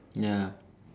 ya